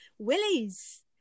Willie's